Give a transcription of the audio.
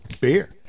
beer